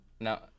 now